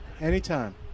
Anytime